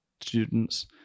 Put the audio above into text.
students